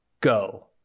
Go